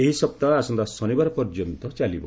ଏହି ସପ୍ତାହ ଆସନ୍ତା ଶନିବାର ପର୍ଯ୍ୟନ୍ତ ଚାଲିବ